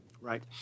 Right